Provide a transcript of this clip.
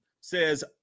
says